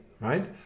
right